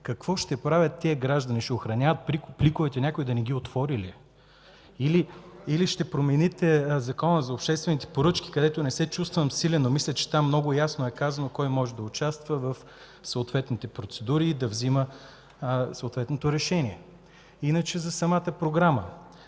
Какво ще правят тези граждани? Ще охраняват пликовете някой да не ги отвори ли? Или ще промените Закона за обществените поръчки, където не се чувствам силен, но мисля, че там много ясно е казано кой може да участва в съответните процедури и да взема съответното решение? За самата програма.